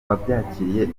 wabyakiriye